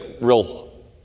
real